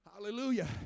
Hallelujah